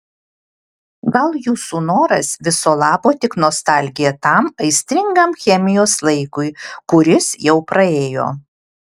gal jūsų noras viso labo tik nostalgija tam aistringam chemijos laikui kuris jau praėjo